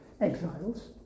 exiles